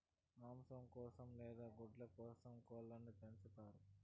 మాంసం కోసం లేదా గుడ్ల కోసం కోళ్ళను పెంచుతారు